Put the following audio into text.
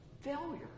failure